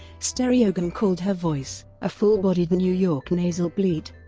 stereogum called her voice a full-bodied new yawk nasal bleat,